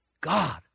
God